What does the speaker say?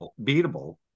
beatable